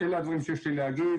אלה הדברים שיש לי להגיד.